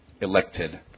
elected